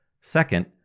Second